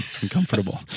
uncomfortable